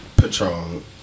Patron